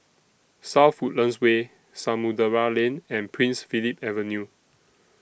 South Woodlands Way Samudera Lane and Prince Philip Avenue